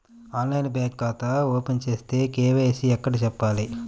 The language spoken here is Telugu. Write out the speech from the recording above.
ఆన్లైన్లో బ్యాంకు ఖాతా ఓపెన్ చేస్తే, కే.వై.సి ఎక్కడ చెప్పాలి?